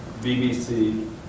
BBC